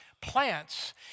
plants